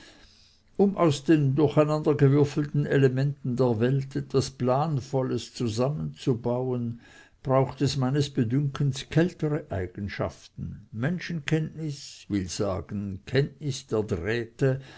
um aus den durcheinandergewürfelten elementen der welt etwas planvolles zusammenzubauen braucht es meines bedünkens kältere eigenschaften menschenkenntnis will sagen kenntnis der drähte